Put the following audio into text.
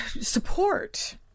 support